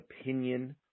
opinion